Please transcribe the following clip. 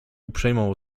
uprzejmą